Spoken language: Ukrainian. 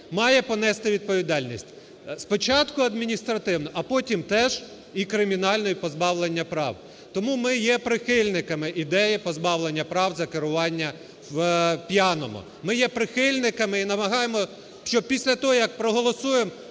має понести відповідальність. Спочатку адміністративну, а потім теж і кримінальну, і позбавлення прав. Тому ми є прихильниками ідеї позбавлення прав за керування п'яного. Ми є прихильниками і намагаємося, щоб після того, як проголосуємо